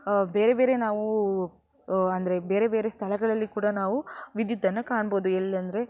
ಬೇರೆ ಬೇರೆ ನಾವು ಅಂದರೆ ಬೇರೆ ಬೇರೆ ಸ್ಥಳಗಳಲ್ಲಿ ಕೂಡ ನಾವು ವಿದ್ಯುತ್ತನ್ನು ಕಾಣಬಹುದು ಎಲ್ಲಿ ಅಂದರೆ